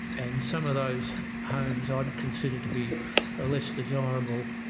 and some of those homes i'd consider to be a less desirable